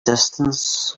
distance